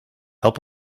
help